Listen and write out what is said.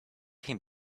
him